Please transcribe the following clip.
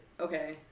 Okay